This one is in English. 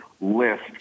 list